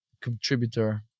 contributor